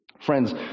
Friends